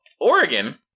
Oregon—